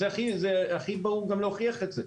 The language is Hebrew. גם הכי קל להוכיח את זה.